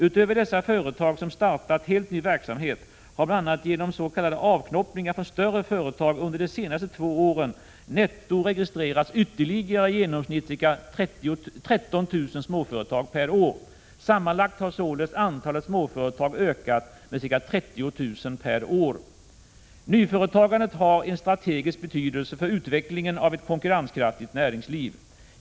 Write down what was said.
Utöver dessa företag, som startat helt ny verksamhet, har bl.a. genom s.k. avknoppningar från större företag under de senaste två åren netto registrerats ytterligare i genomsnitt ca 13 000 småföretag per år. Sammanlagt har således antalet småföretag ökat med ca 30 000 per år. Nyföretagandet har en strategisk betydelse för utvecklingen av ett 19 konkurrenskraftigt näringsliv.